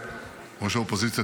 ראש האופוזיציה,